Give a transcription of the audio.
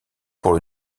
pour